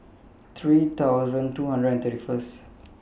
three thousand two hundred and thirty First